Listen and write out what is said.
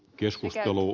keskustelu